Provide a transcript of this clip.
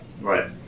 Right